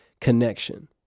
connection